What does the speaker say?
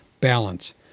balance